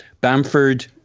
Bamford